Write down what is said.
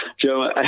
Joe